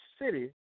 city